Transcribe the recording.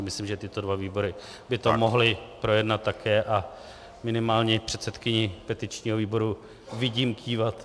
Myslím, že tyto dva výbory by to mohly projednat také, a minimálně předsedkyni petičního výboru vidím kývat.